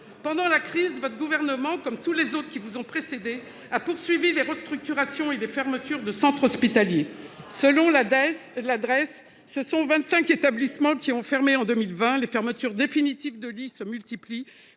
Pendant la crise, votre gouvernement, comme tous ceux qui l'ont précédé, a poursuivi les restructurations et les fermetures de centres hospitaliers. Selon la Drees, 25 établissements ont fermé en 2020. Les fermetures définitives de lits se multiplient,